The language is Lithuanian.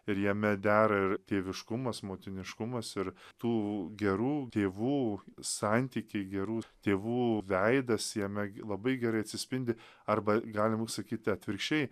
ir jame dera ir tėviškumas motiniškumas ir tų gerų tėvų santykiai gerų tėvų veidas jame labai gerai atsispindi arba galim sakyti atvirkščiai